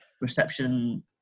reception